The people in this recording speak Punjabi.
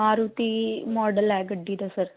ਮਾਰੂਤੀ ਮਾਡਲ ਹੈ ਗੱਡੀ ਦਾ ਸਰ